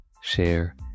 share